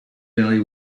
valley